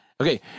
Okay